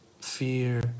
fear